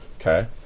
Okay